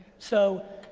so,